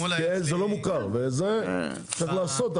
את זה צריך לעשות,